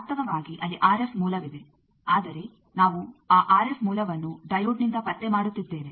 ವಾಸ್ತವವಾಗಿ ಅಲ್ಲಿ ಆರ್ಎಫ್ ಮೂಲವಿದೆ ಆದರೆ ನಾವು ಆ ಆರ್ಎಫ್ ಮೂಲವನ್ನು ಡೈಯೋಡ್ನಿಂದ ಪತ್ತೆ ಮಾಡುತ್ತಿದ್ದೇವೆ